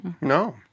No